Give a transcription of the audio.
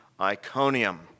Iconium